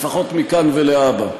לפחות מכאן ולהבא.